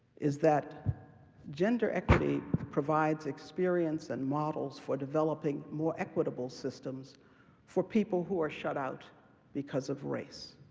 is that gender equity provides experience and models for developing more equitable systems for people who are shut out because of race,